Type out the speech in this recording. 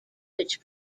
which